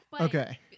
Okay